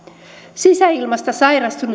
sisäilmasta sairastunut